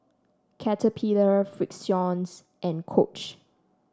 Caterpillar Frixion's and Coach